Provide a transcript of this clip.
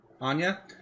Anya